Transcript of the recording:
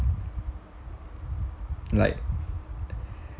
like